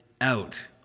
out